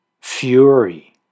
fury